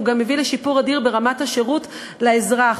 הוא גם מביא לשיפור אדיר ברמת השירות לאזרח.